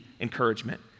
encouragement